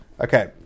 Okay